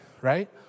right